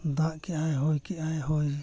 ᱫᱟᱜ ᱠᱮᱜ ᱟᱭ ᱦᱚᱭ ᱠᱮᱜ ᱟᱭ ᱦᱚᱭ